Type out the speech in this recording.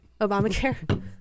Obamacare